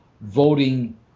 voting